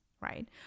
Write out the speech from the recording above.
right